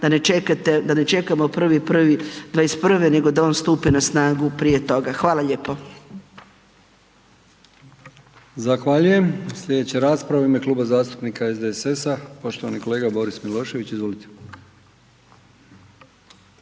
da ne čekamo 1.1.'21., nego da on stupi na snagu prije toga. Hvala lijepo.